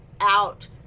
out